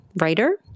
writer